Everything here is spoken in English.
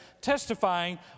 testifying